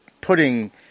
putting